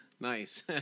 Nice